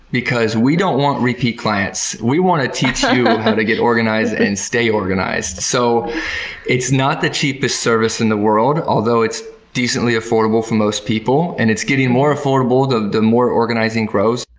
because we don't want repeat clients. we want to teach you how to get organized and stay organized, so it's not the cheapest service in the world although it's decently affordable for most people, and it's getting more affordable the the more organizing grows.